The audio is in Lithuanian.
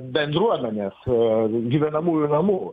bendruomenės e gyvenamųjų namų